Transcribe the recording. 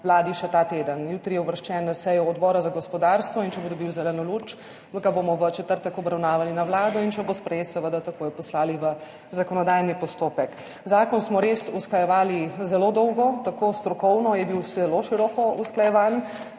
Vladi še ta teden. Jutri je uvrščen na sejo Odbora za gospodarstvo, in če bo dobil zeleno luč, ga bomo v četrtek obravnavali na Vladi, in če bo sprejet, seveda takoj poslali v zakonodajni postopek. Zakon smo res usklajevali zelo dolgo, strokovno je bil zelo široko usklajevan.